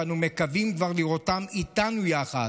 שאנחנו מקווים כבר לראותם איתנו יחד,